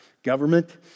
Government